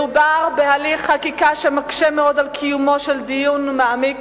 מדובר בהליך חקיקה שמקשה מאוד על קיומו של דיון מעמיק